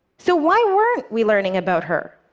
so why weren't we learning about her?